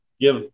give